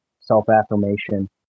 self-affirmation